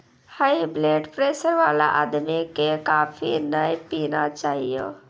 high blood pressure वाला आदमी कॅ कॉफी नय पीना चाहियो